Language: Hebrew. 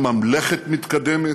ממלכה מתקדמת,